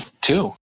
two